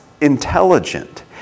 intelligent